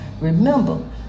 Remember